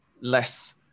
less